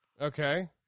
Okay